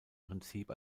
prinzip